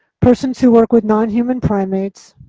persons who work with non-human primates,